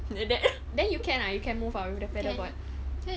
then you can ah you can move ah with the pedal board